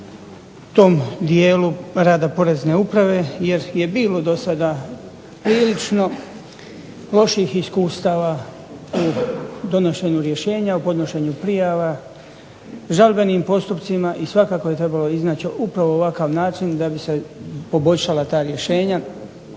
tom dijelu rada Porezne uprave jer je bilo dosada prilično loših iskustava u donošenju rješenja, u podnošenju prijava, žalbenim postupcima i svakako je trebalo iznaći upravo ovakav način da bi se poboljšala ta rješenja,